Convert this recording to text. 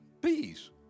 bees